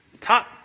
top